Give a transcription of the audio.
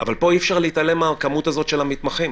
אבל פה אי-אפשר להתעלם מהכמות הזאת של המתמחים.